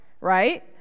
Right